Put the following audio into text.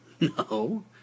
No